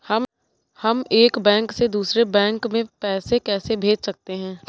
हम एक बैंक से दूसरे बैंक में पैसे कैसे भेज सकते हैं?